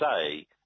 say